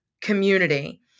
community